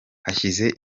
hashize